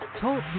Talk